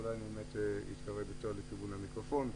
אולי אני אתקרב לכיוון המיקרופון.